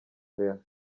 vert